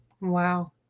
Wow